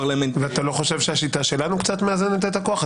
ואתה לא חושב שהשיטה שלנו קצת מאזנת את הכוח?